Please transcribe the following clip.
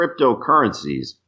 cryptocurrencies